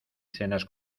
cenas